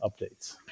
Updates